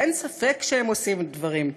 אין ספק שהם עושים דברים טובים.